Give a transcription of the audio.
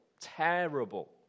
Terrible